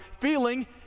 feeling